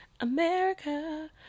America